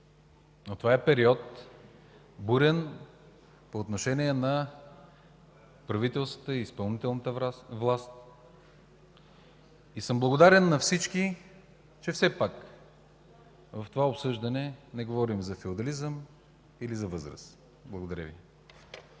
това е бурен период по отношение на правителствата и изпълнителната власт. Благодарен съм на всички, че все пак в това обсъждане не говорим за феодализъм или за възраст. Благодаря Ви.